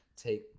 take